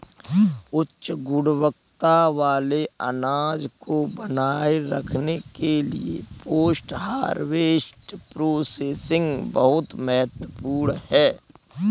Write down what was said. उच्च गुणवत्ता वाले अनाज को बनाए रखने के लिए पोस्ट हार्वेस्ट प्रोसेसिंग बहुत महत्वपूर्ण है